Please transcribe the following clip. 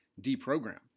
deprogram